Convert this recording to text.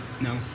No